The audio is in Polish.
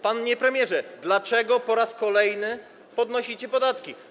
Panie premierze, dlaczego po raz kolejny podnosicie podatki?